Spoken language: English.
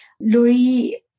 Lori